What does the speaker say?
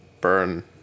burn